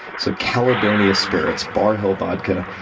so caledonia spirits, barr hill vodka,